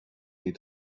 need